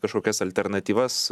kažkokias alternatyvas